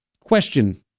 question